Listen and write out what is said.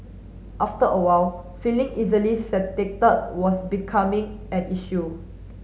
after a while feeling easily satiated was becoming an issue